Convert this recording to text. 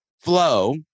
flow